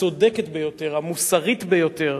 הצודקת ביותר, המוסרית ביותר,